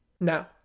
now